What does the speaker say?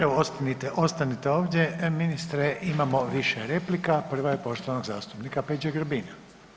Evo ostanite ovdje ministre, imamo više replika, prva je poštovanog zastupnika Peđe Grbina.